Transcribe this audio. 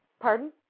Pardon